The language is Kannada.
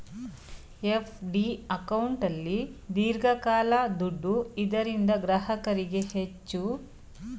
ಎಫ್.ಡಿ ಅಕೌಂಟಲ್ಲಿ ದೀರ್ಘಕಾಲ ದುಡ್ಡು ಇದರಿಂದ ಗ್ರಾಹಕರಿಗೆ ಹೆಚ್ಚು ಲಾಭ ಇದೆ